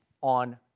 on